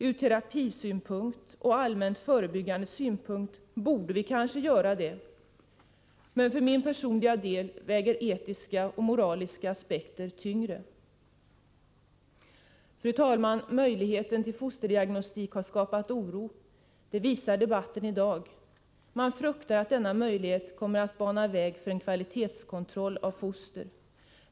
Ur terapisynpunkt och ur allmänt förebyggande synpunkt borde vi kanske göra det, men för min personliga del väger etiska och moraliska aspekter tyngre. Fru talman! Möjligheten till fosterdiagnostik har skapat oro — det visar debatten i dag. Man fruktar att denna möjlighet kommer att bana väg för en kontroll av kvaliteten på foster.